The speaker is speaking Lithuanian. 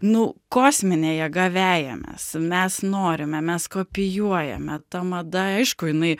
nu kosminė jėga vejamės mes norime mes kopijuojame ta mada aišku jinai